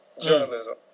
journalism